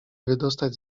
wydostać